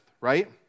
right